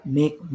make